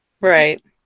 Right